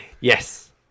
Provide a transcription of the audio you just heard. yes